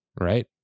Right